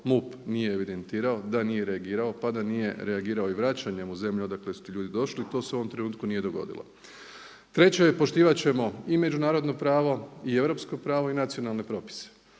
MUP nije evidentirao, da nije reagirao pa da nije reagirao i vraćanjem u zemlju odakle su ti ljudi došli. To se u ovom trenutku nije dogodilo. Treće, poštivat ćemo i međunarodno pravo i europsko pravo i nacionalne propise.